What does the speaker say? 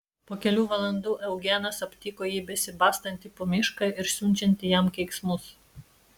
po kelių valandų eugenas aptiko jį besibastantį po mišką ir siunčiantį jam keiksmus